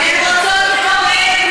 מה הקשר?